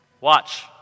Watch